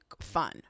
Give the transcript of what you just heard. fun